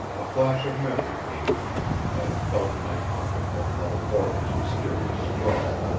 a flash of memory came to me, and i felt in my pocket for mother borton's mysterious scrawl.